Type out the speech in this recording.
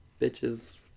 bitches